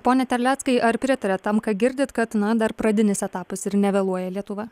pone terleckai ar pritariat tam ką girdit kad na dar pradinis etapas ir nevėluoja lietuva